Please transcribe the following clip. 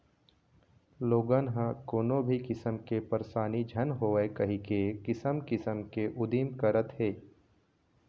लोगन ह कोनो भी किसम के परसानी झन होवय कहिके किसम किसम के उदिम करत हे